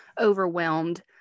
overwhelmed